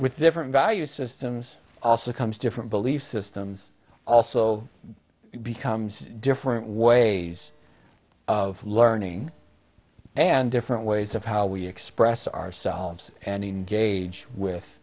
with different value systems also comes different belief systems also becomes different ways of learning and different ways of how we express ourselves and engage with